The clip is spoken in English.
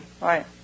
right